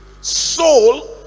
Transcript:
soul